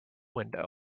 window